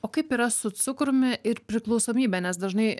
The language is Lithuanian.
o kaip yra su cukrumi ir priklausomybe nes dažnai